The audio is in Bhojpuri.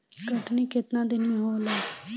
कटनी केतना दिन मे होला?